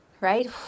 right